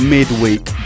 Midweek